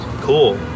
cool